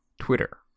Twitter